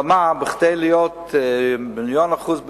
אבל מה, כדי להיות במיליון אחוז בטוח,